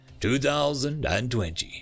2020